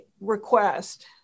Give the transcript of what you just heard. request